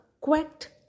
quacked